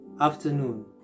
afternoon